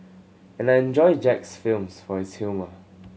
and I enjoy Jack's films for his humour